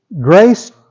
Grace